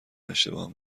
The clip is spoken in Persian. اشتباه